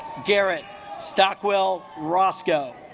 garrett stockwell roscoe